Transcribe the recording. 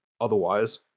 otherwise